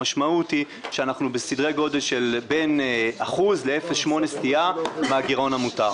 המשמעות היא שאנחנו בסדרי גודל בין אחוז ל-0.8% סטייה מהגרעון המותר.